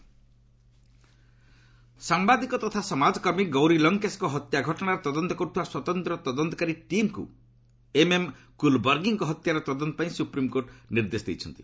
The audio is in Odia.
ଏସ୍ସି କୁଲବର୍ଗୀ ସାମ୍ବାଦିକ ତଥା ସମାଜ କର୍ମୀ ଗୌରୀ ଲଙ୍କେଶଙ୍କ ହତ୍ୟା ଘଟଣାର ତଦନ୍ତ କରୁଥିବା ସ୍ୱତନ୍ତ୍ର ତଦନ୍ତକାରୀ ଟିମ୍କୁ ଏମ୍ଏମ୍ କୁଲବର୍ଗୀଙ୍କ ହତ୍ୟାର ତଦନ୍ତ ପାଇଁ ସୁପ୍ରିମ୍କୋର୍ଟ ନିର୍ଦ୍ଦେଶ ଦେଇଛନ୍ତି